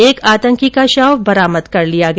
एक आतंकी का शव बरामद कर लिया गया